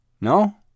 No